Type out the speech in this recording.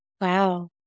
Wow